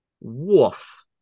Woof